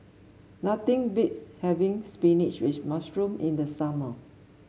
nothing beats having spinach with mushroom in the summer